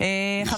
יוקר